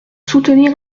soutenir